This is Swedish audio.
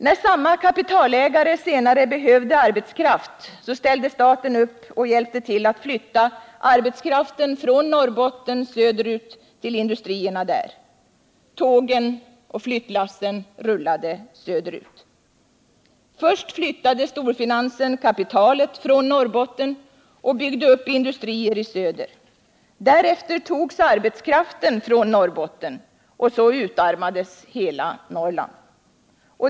När samma kapitalägare senare behövde arbetskraft, ställde staten upp och hjälpte till att flytta arbetskraften från Norrbotten söderut till industrierna där. Tågen och flyttlassen rullade söderut. Först flyttade storfinansen kapitalet från Norrbotten och byggde upp industrier i söder. Därefter togs arbetskraften från Norrbotten, och så utarmades hela Norrland.